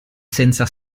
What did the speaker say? senza